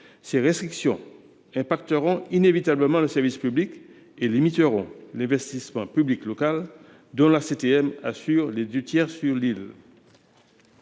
Ces restrictions affecteront inévitablement le service public et limiteront l’investissement public local, dont la CTM assure les deux tiers. Les